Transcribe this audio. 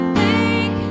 Thank